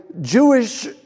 Jewish